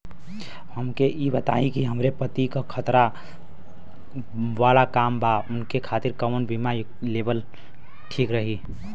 हमके ई बताईं कि हमरे पति क खतरा वाला काम बा ऊनके खातिर कवन बीमा लेवल ठीक रही?